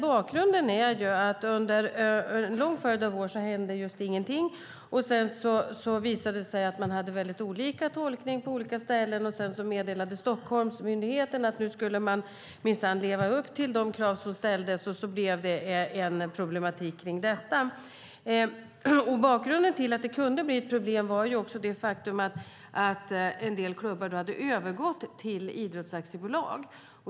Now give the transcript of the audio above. Bakgrunden är att under en lång följd år hände just ingenting. Sedan visade det sig att man tolkade detta väldigt olika på olika ställen. Därefter meddelade Stockholmsmyndigheten att nu skulle man minsann leva upp till de krav som ställdes, och så blev det problem kring detta. Bakgrunden till att det kunde bli ett problem var också det faktum att en del klubbar hade övergått till idrottsaktiebolag.